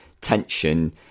tension